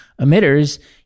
emitters